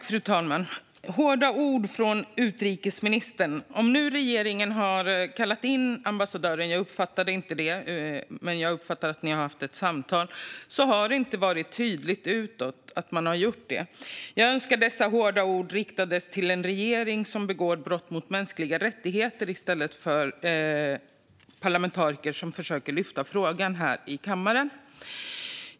Fru talman! Det var hårda ord från utrikesministern. Jag uppfattade inte om regeringen har kallat in ambassadören, men jag uppfattade att ni har haft ett samtal. Detta har dock inte varit tydligt utåt. Jag önskar att utrikesministerns hårda ord riktades till en regering som begår brott mot mänskliga rättigheter i stället för till parlamentariker som försöker lyfta upp frågan här i kammaren.